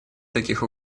таких